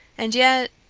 and yet,